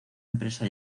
empresa